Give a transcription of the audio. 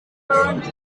current